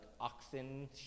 oxen